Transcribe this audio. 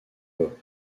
hop